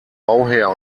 bauherr